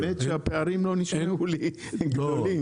האמת שהפערים לא נשמעו לי הגיוניים.